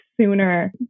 sooner